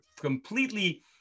completely